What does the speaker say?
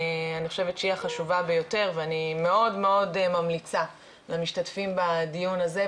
אני חושבת שהיא החשובה ביותר ואני מאוד ממליצה למשתתפים בדיון הזה,